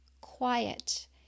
quiet